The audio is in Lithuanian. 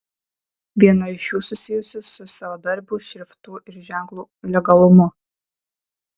viena iš jų susijusi su savadarbių šriftų ir ženklų legalumu